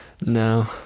No